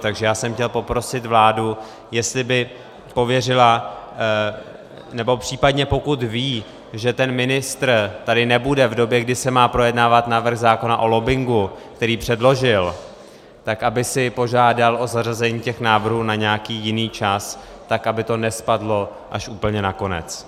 Takže já jsem chtěl poprosit vládu, jestli by pověřila nebo případně pokud ví, že ten ministr tady nebude v době, kdy se má projednávat návrh zákona o lobbingu, který předložil, tak aby si požádal o zařazení těch návrhů na nějaký jiný čas, tak aby to nespadlo až úplně na konec.